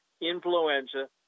influenza